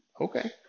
Okay